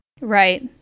right